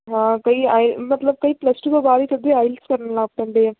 ਹਾਂ ਕਈ ਆਏ ਮਤਲਬ ਕਈ ਪਲੱਸ ਟੂ ਤੋਂ ਬਾਅਦ ਹੀ ਸਿੱਧੀ ਆਇਲੇਟਸ ਕਰਨ ਲੱਗ ਪੈਂਦੇ ਆ